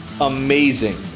amazing